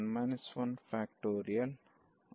n 1